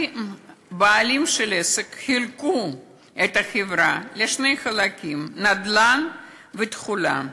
הבעלים של העסק חילקו את החברה לשני חלקים: נדל"ן ותכולה.